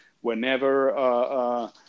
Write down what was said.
whenever